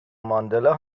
ماندلا